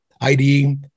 ID